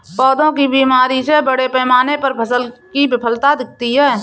पौधों की बीमारी से बड़े पैमाने पर फसल की विफलता दिखती है